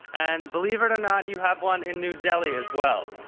and believe it or not, you have one in new delhi as well.